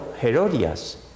Herodias